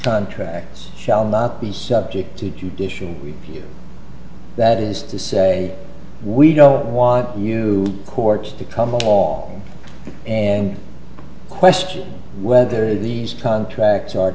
contracts shall not be subject to judicial review that is to say we don't want you courts to come along and question whether these contracts are